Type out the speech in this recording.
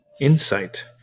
insight